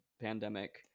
pandemic